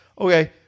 okay